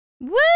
Woo